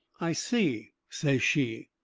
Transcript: i see, says she.